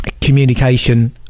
communication